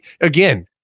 again